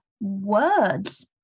words